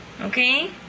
okay